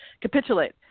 capitulate